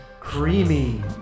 creamy